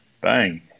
bang